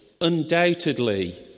undoubtedly